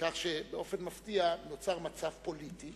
כך שבאופן מפתיע נוצר מצב פוליטי